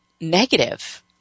negative